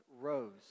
rose